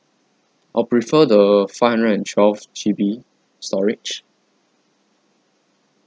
I'll prefer the five hundred and twelve G_B storage